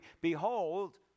behold